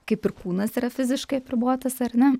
kaip ir kūnas yra fiziškai apribotas ar ne